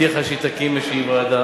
הבטיחה שהיא תקים איזו ועדה,